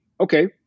okay